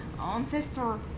Ancestor